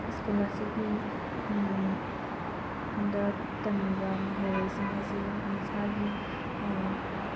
school ꯑꯁꯤꯒꯤ ꯗ ꯇꯝꯃꯤꯕ ꯃꯍꯩꯔꯣꯏꯁꯤꯡ ꯑꯁꯤ ꯃꯁꯥꯒꯤ